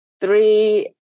three